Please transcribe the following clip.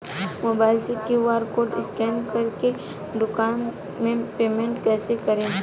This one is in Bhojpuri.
मोबाइल से क्यू.आर कोड स्कैन कर के दुकान मे पेमेंट कईसे करेम?